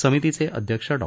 समितीचे अध्यक्ष डॉ